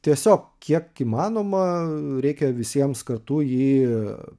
tiesiog kiek įmanoma reikia visiems kartu jį